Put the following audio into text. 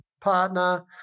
partner